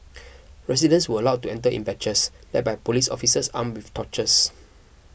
residents were allowed to enter in batches led by police officers armed with torches